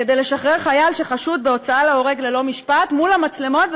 כדי לשחרר חייל שחשוד בהוצאה להורג ללא משפט מול המצלמות,